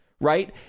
Right